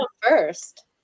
first